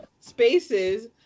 spaces